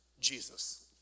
Jesus